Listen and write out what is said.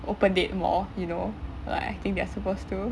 open date more you know like I think they're supposed to